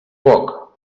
poc